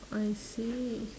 I see